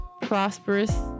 prosperous